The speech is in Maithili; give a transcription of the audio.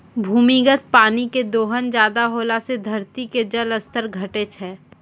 भूमिगत पानी के दोहन ज्यादा होला से धरती के जल स्तर घटै छै